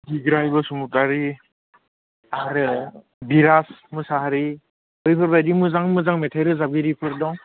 बिग्राय बसुमतारी आरो बिराज मोसाहारी बैफोर बायदि मोजां मोजां मेथाइ रोजाबगिरिफोर दं